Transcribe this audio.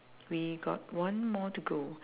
we got one more to go